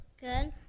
Good